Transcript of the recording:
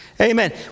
Amen